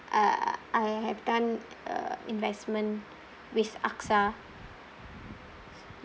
uh I have done uh investment with axa